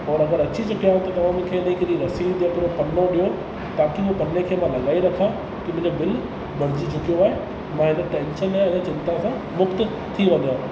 तव्हां व अची चुकिया आहिनित तव्हां मूंखे हिकिड़ी रसीद हिकिड़ो पनो ॾियो ताकी उहो पने खे मां लॻाए रखां की मुंहिंजो बिल भरिजी चुको आहे मां टेंशन ऐं चिंता सां मुक्त थी वञा